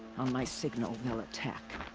on my signal, they'll attack.